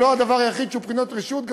זה לא המקצוע היחיד שהוא בבחינת רשות,